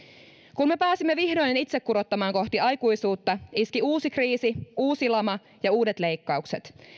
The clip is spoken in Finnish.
kun me pääsimme vihdoin itse kurottamaan kohti aikuisuutta iski uusi kriisi uusi lama ja uudet leikkaukset